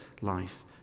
life